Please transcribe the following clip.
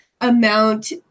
amount